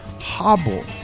hobble